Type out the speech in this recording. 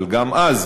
אבל גם אז,